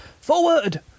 Forward